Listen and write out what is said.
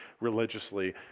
religiously